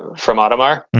from audemars mm-hmm